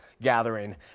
gathering